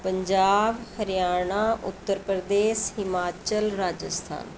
Punjab Haryana Uttar Pradesh Himachal Rajasthan